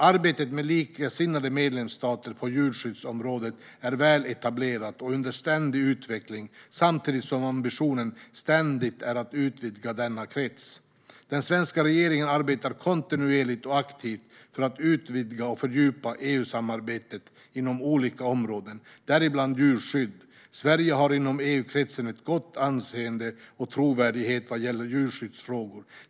Arbetet med likasinnade medlemsstater på djurskyddsområdet är väl etablerat och under ständig utveckling, samtidigt som ambitionen hela tiden är att utvidga denna krets. Den svenska regeringen arbetar kontinuerligt och aktivt för att utvidga och fördjupa EU-samarbetet inom olika områden, däribland djurskydd. Sverige har inom EU-kretsen ett gott anseende och trovärdighet vad gäller djurskyddsfrågor.